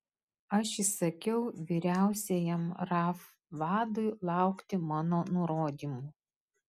aš įsakiau vyriausiajam raf vadui laukti mano nurodymų